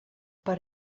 per